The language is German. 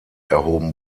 erhoben